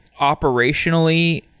operationally